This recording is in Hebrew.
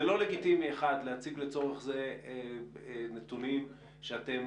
זה לא לגיטימי להציג לצורך זה נתונים שאתם